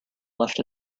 left